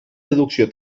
deducció